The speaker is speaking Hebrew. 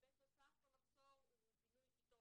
היבט נוסף הוא בינוי כיתות,